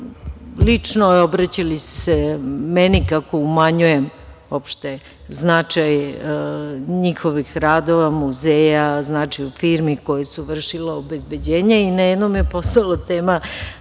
lično se obraćali meni kako umanjujem značaj njihovih radova muzeja, značaj firmi koje su vršile obezbeđenje i na jednom je postala tema,